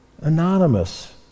Anonymous